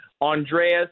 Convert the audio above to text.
Andreas